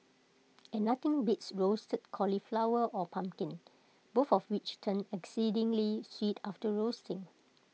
and nothing beats roasted cauliflower or pumpkin both of which turn exceedingly sweet after roasting